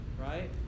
right